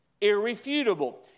irrefutable